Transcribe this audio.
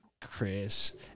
Chris